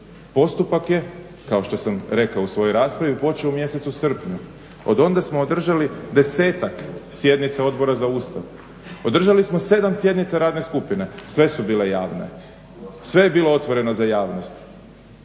Postupak je kao što sam rekao u svojoj raspravi počeo u mjesecu srpnju. Od onda smo održali desetak sjednica Odbora za Ustav. Održali smo 7 sjednica radne skupine, sve su bile javne, sve je bilo otvoreno za javnost.